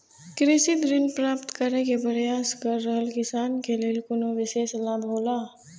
कृषि ऋण प्राप्त करे के प्रयास कर रहल किसान के लेल कुनु विशेष लाभ हौला?